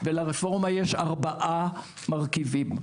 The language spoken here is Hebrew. ולרפורמה יש ארבעה מרכיבים.